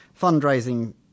fundraising